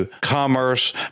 commerce